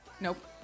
Nope